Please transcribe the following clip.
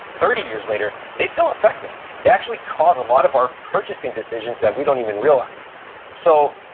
thirty years later they still affect us. they actually cause a lot of our purchasing decisions that we don't even realize so,